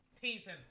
Teasing